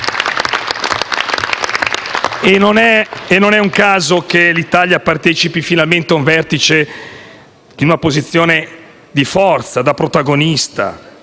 E non è un caso che l'Italia partecipi finalmente a un vertice in una posizione di forza, da protagonista.